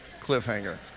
Cliffhanger